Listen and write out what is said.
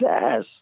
ass